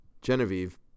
Genevieve